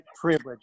privilege